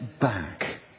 back